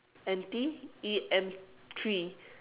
N_T E_M three